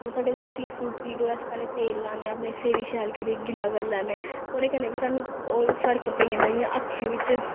जिल्लै साड्डे कुदै सिर सुर पीड़ होए अस तेल लान्ने अपने सिर गी शैल करियै गिल्ला करी लैन्ने ओह्दै कन्नै बी सानूं ओह् फर्क पेई जंदा इ'यां अक्खें बिच्च